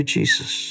Jesus